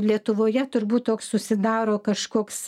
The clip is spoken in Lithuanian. lietuvoje turbūt toks susidaro kažkoks